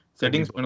settings